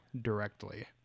directly